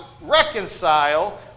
reconcile